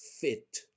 fit